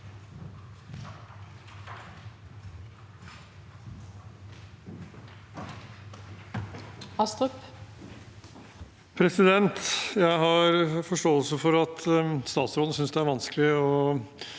Jeg har forståelse for at statsråden synes det er vanskelig å